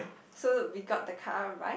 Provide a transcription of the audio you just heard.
so we got the car right